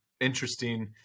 interesting